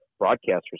broadcasters